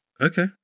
Okay